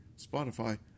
Spotify